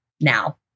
now